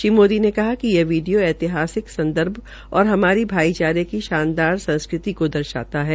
श्री मोदी ने कहा कि यह वीडियों ऐतिहासिक संदर्भ और हमारी भाईचारे की शानदान संस्कृति को दर्शाता है